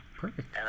Perfect